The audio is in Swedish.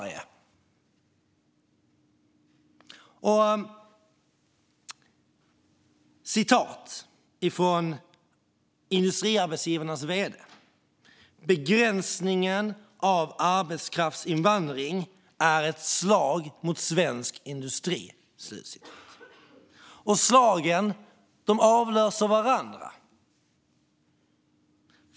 Industriarbetsgivarnas vd säger att begränsningen av arbetskraftsinvandring är ett slag mot svensk industri. Och slagen avlöser varandra.